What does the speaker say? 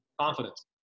Confidence